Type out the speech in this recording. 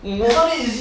mm 我